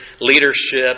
leadership